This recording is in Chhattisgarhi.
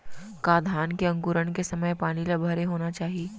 का धान के अंकुरण के समय पानी ल भरे होना चाही?